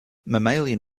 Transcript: mammalian